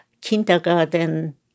kindergarten